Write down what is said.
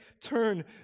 turn